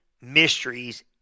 mysteries